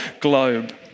globe